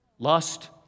Lust